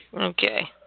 Okay